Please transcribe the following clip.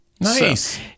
nice